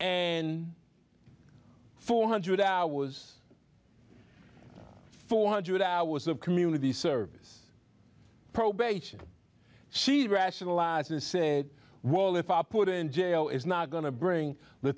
and four hundred hours four hundred hours of community service probation she'd rationalize and say well if i put in jail is not going to bring the